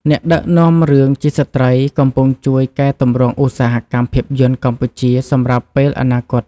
អ្នកដឹកនាំរឿងជាស្ត្រីកំពុងជួយកែទម្រង់ឧស្សាហកម្មភាពយន្តកម្ពុជាសម្រាប់ពេលអនាគត។